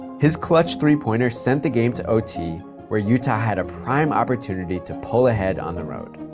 his clutch three pointer sent the game to ot where utah had a prime opportunity to pull ahead on the road.